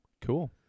cool